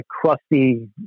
crusty